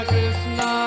Krishna